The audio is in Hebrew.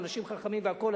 הם אנשים חכמים והכול,